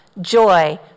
joy